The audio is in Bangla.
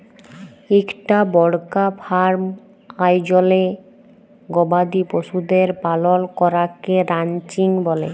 ইকটা বড়কা ফার্ম আয়জলে গবাদি পশুদের পালল ক্যরাকে রানচিং ব্যলে